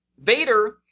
Vader